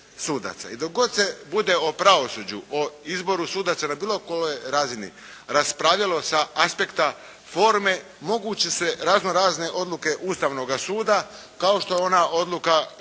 I dok god se bude o pravosuđu, o izboru sudaca na bilo kojoj razini raspravljalo sa aspekta forme moguće su razno-razne odluke Ustavnoga suda kao što je ona odluka gdje